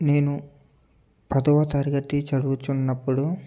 నేను పదవ తరగతి చదువుతున్నప్పుడు